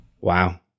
Wow